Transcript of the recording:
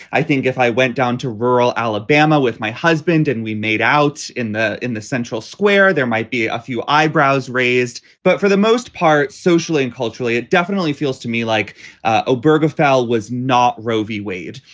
i think if i went down to rural alabama with my husband and we made out in the in the central square, there might be a few eyebrows raised. but for the most part, socially and culturally, it definitely feels to me like ah oberg of fowl was not roe v. wade.